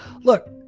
look